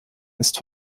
ist